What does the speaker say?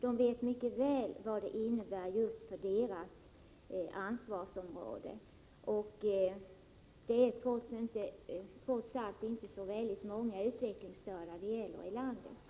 De vet mycket väl vad lagen innebär just för deras ansvarsområde. Trots allt är det inte så många utvecklingsstörda i landet som det hela gäller.